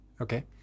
Okay